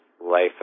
life